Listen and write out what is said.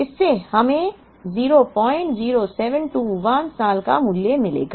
इससे हमें 00721 साल का मूल्य मिलेगा